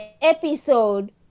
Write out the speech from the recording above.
episode